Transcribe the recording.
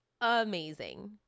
amazing